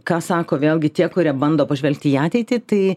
ką sako vėlgi tie kurie bando pažvelgti į ateitį tai